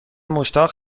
مشتاق